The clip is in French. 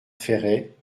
ferret